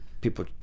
people